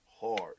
hard